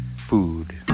food